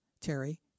Terry